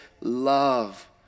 love